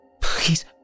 please